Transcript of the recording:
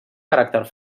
caràcter